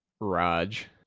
Raj